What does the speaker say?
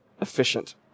efficient